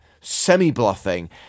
semi-bluffing